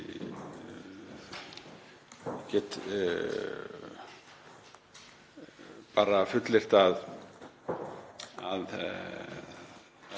Ég get bara fullyrt að